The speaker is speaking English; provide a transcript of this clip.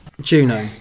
Juno